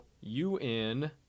UN